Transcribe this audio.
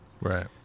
Right